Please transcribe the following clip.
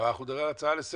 אנחנו מדברים על הצעה לסדר.